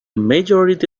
majority